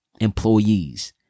employees